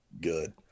good